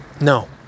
No